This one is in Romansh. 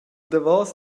davos